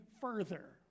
further